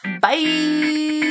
Bye